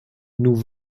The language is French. nous